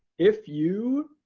if you,